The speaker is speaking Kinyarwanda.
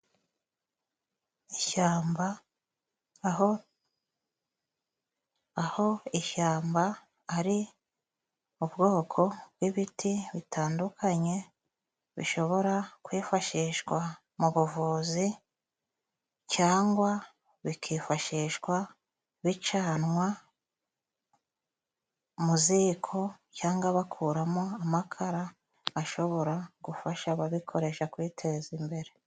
Ishyamba aho aho ishyamba ari ubwoko bw'ibiti bitandukanye, bishobora kwifashishwa mu buvuzi cyangwa bikifashishwa bicanwa mu ziko, cyangwa bakuramo amakara ashobora gufasha ababikoresha kwiyiteza imbere.